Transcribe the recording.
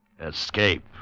Escape